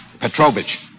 Petrovich